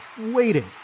waiting